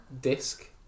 disc